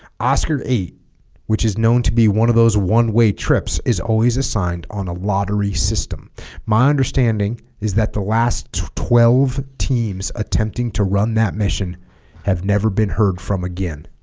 oscar eight which is known to be one of those one-way trips is always assigned on a lottery system my understanding is that the last twelve teams attempting to run that mission have never been heard from again